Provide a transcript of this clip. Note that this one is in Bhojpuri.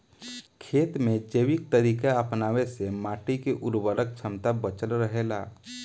खेत में जैविक तरीका अपनावे से माटी के उर्वरक क्षमता बचल रहे ला